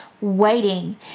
waiting